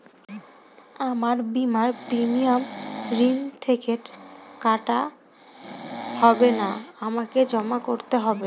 আমার বিমার প্রিমিয়াম ঋণ থেকে কাটা হবে না আমাকে জমা করতে হবে?